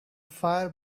fire